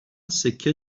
سکه